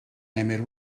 emyr